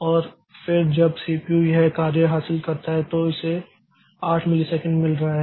और फिर जब सीपीयू यह कार्य हासिल करता है तो इसे 8 मिलीसेकंड मिल रहा है